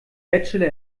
bachelor